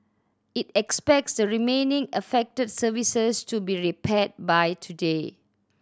it expects the remaining affected services to be repaired by today